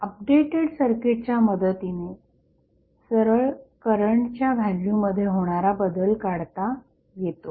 updated सर्किटच्या मदतीने सरळ करंटच्या व्हॅल्यूमध्ये होणारा बदल काढता येतो